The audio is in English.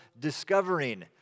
discovering